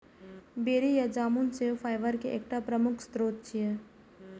बेरी या जामुन सेहो फाइबर के एकटा प्रमुख स्रोत छियै